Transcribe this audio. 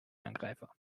angreifer